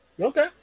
Okay